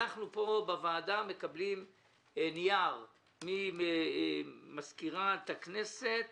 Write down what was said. אנחנו פה בוועדה מקבלים נייר ממזכירת הכנסת